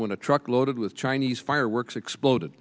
when a truck loaded with chinese fireworks exploded